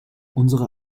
unsere